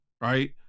right